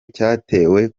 cyatewe